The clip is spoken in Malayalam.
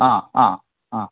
ആ ആ ആ